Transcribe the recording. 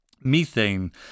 methane